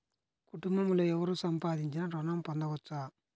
కుటుంబంలో ఎవరు సంపాదించినా ఋణం పొందవచ్చా?